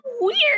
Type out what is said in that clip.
weird